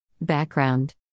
Background